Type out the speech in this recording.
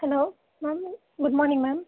hello ma'am good morning ma'am